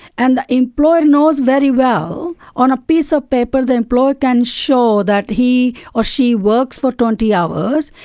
and the employer knows very well on a piece of paper the employer can show that he or she works for twenty hours,